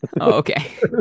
Okay